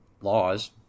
laws